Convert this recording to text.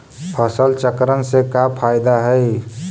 फसल चक्रण से का फ़ायदा हई?